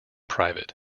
private